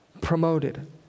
promoted